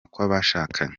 kw’abashakanye